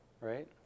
right